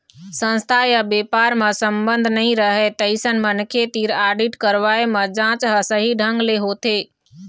संस्था य बेपार म संबंध नइ रहय तइसन मनखे तीर आडिट करवाए म जांच ह सही ढंग ले होथे